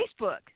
Facebook